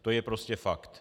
To je prostě fakt.